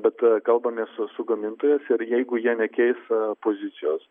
bet kalbame su su gamintojais ir jeigu jie nekeis pozicijos